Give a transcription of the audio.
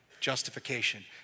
Justification